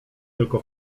tylko